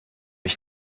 ich